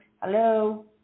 hello